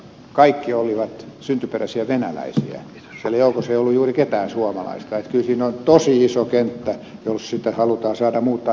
kaikki olivat syntyperäisiä venäläisiä eli joukossa ei ollut juuri ketään suomalaista että kyllä siinä on tosi iso kenttä jos sitä halutaan saada muuttumaan niin kuin pitäisi